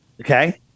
Okay